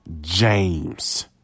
James